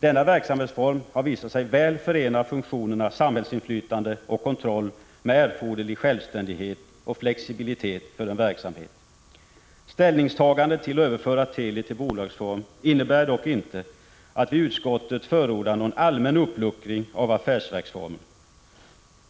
Denna verksamhetsform har visat sig väl förena funktionerna samhällsinflytande och kontroll med erforderlig självständighet och flexibilitet för en verksamhet. Ställningstagandet för att överföra Teli till bolagsform innebär dock icke att utskottet förordar någon allmän uppluckring av affärsverksformen.